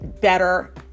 better